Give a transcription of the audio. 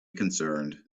concerned